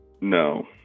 No